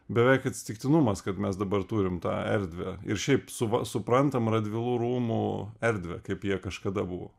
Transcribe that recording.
beveik atsitiktinumas kad mes dabar turim tą erdvę ir šiaip suva suprantam radvilų rūmų erdvę kaip jie kažkada buvo